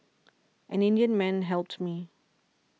an Indian man helped me